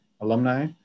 alumni